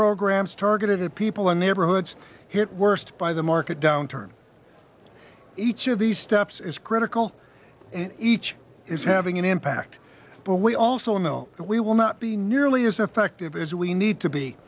programs targeted at people in neighborhoods hit worst by the market downturn each of these steps is critical and each is having an impact but we also know that we will not be nearly as effective as we need to be